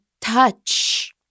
touch